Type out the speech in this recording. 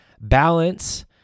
balance